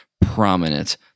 prominent